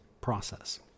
process